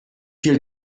viel